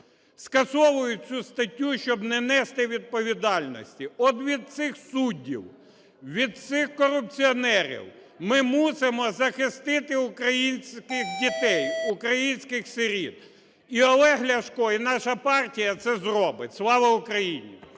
скасовують цю статтю, щоб не нести відповідальності. От від цих суддів, від цих корупціонерів ми мусимо захистити українських дітей, українських сиріт. І Олег Ляшко, і наша партія це зробить. Слава Україні!